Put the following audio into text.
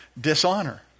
dishonor